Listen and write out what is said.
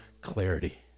clarity